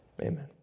Amen